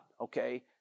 okay